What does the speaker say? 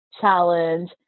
challenge